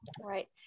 Right